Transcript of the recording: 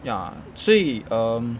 ya 所以 um